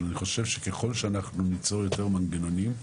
אבל אני חושב שככל שאנחנו ניצור יותר מנגנונים,